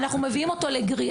אז אנחנו מביאים אותו לגריעה.